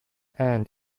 and